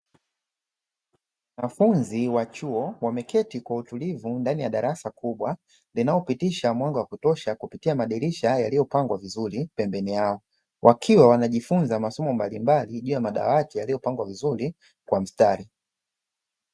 Wanafunzi wa chuo wameketi kwa utulivu ndani ya darasa kubwa linalopitisha mwanga wa kutosha kupitia madirisha yaliyopangwa vizuri pembeni yao, wakiwa wanajifunza masomo mbalimbali juu ya madawati yaliyopangwa vizuri kwa mstari.